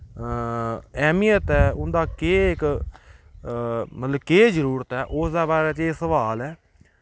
ऐह्मियत ऐ उं'दा केह् इक मतलब केह् जरूरत ऐ उसदे बारे च एह् सवाल ऐ